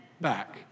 back